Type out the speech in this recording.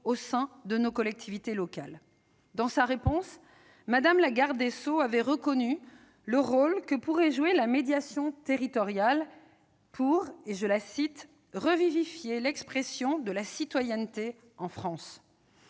au sein de nos collectivités locales. Dans sa réponse, Mme la garde des sceaux avait reconnu le rôle que pourrait jouer la médiation territoriale, pour « revivifier l'expression de la citoyenneté en France ».